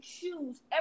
choose